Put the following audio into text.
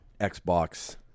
Xbox